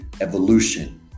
evolution